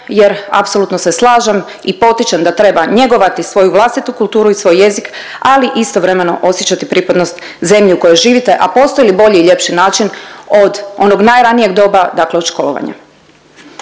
jer apsolutno se slažem i potičem da treba njegovati svoju vlastitu kulturu i svoj i jezik ali istovremeno osjećati pripadnost zemlji u kojoj živite, a postoji li bolji i ljepši način od onog najranijeg doba, dakle od školovanja.